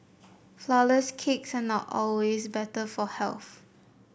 flour less cakes are not always better for health